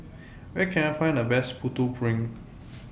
Where Can I Find The Best Putu Piring